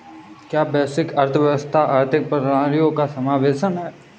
क्या वैश्विक अर्थव्यवस्था आर्थिक प्रणालियों का समावेशन है?